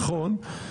נכון, נכון.